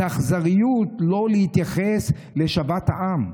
זו אכזריות לא להתייחס לשוועת העם.